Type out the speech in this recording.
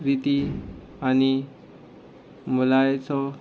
रिती आनी मुल्याचो